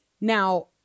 Now